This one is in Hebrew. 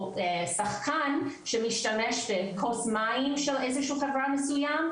או שחקן שמשתמש בכוס מים של איזשהו חברה מסוימת,